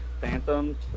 Phantoms